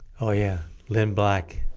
oh yeah lynn black